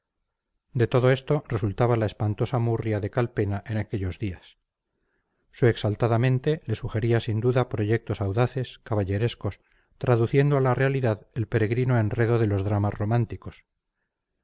de todo esto resultaba la espantosa murria de calpena en aquellos días su exaltada mente le sugería sin duda proyectos audaces caballerescos traduciendo a la realidad el peregrino enredo de los dramas románticos